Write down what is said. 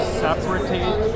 separate